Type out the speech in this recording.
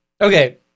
okay